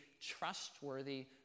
trustworthy